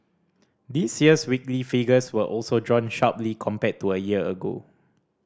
this year's weekly figures were also drawn sharply compared to a year ago